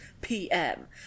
PM